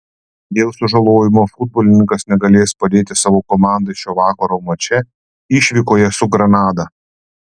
dėl sužalojimo futbolininkas negalės padėti savo komandai šio vakaro mače išvykoje su granada